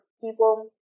people